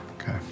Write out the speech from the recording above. Okay